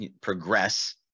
progress